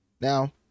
now